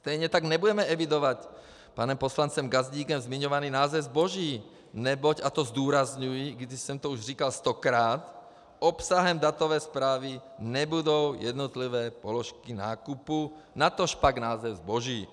Stejně tak nebudeme evidovat panem poslancem Gazdíkem zmiňovaný název zboží, neboť, a to zdůrazňuji, i když jsem to už říkal stokrát, obsahem datové zprávy nebudou jednotlivé položky nákupu, natožpak název zboží.